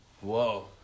Whoa